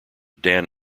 dan